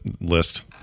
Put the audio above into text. list